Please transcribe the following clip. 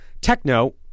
techno